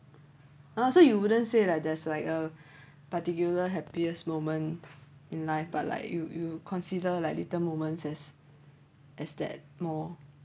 oh so you wouldn't say like there's like a particular happiest moment in life but like you you consider like little moments as as that more